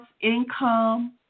income